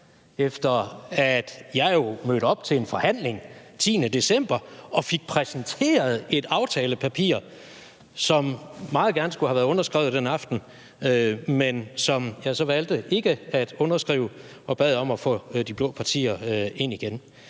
efter at jeg mødte op til en forhandling den 10. december og fik præsenteret et aftalepapir, som meget gerne skulle have været underskrevet den aften, men som jeg så valgte ikke at underskrive. Jeg bad om at få de blå partier ind igen,